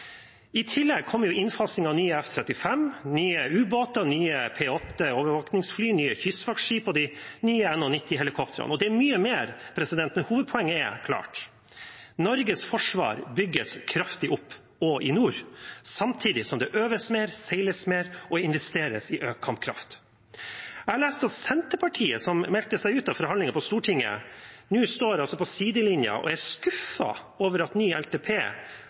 I tillegg kommer innfasing av ny F-35, nye ubåter, nye P-8 overvåkingsfly, nye kystvaktskip, nye NH90-helikoptre og mye mer. Hovedpoenget er klart: Norges forsvar bygges kraftig opp også i nord, samtidig som det øves mer, seiles mer og investeres i økt kampkraft. Jeg leste at Senterpartiet, som meldte seg ut av forhandlingene på Stortinget, nå står på sidelinjen og er skuffet over at ny LTP